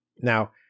Now